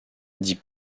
dit